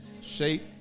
shape